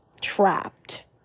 trapped